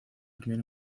primer